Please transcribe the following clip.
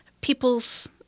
people's